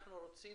אנחנו רוצים